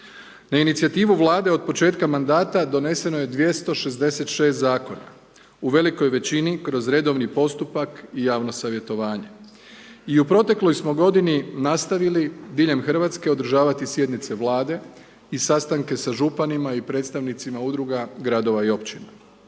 Na inicijativu Vlade od početka mandata doneseno je 266 zakona. U velikoj većini, kroz redovni postupak i javno savjetovanje. I u protekloj smo godini nastavili diljem Hrvatske održavati sjednice Vlade i sastanke sa županima i predstavnicima udruga gradova i općina.